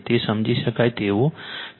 તે સમજી શકાય તેવું છે